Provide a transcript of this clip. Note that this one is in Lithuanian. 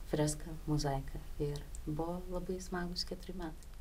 freską mozaiką ir buvo labai smagūs keturi metai